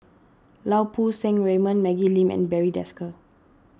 Lau Poo Seng Raymond Maggie Lim and Barry Desker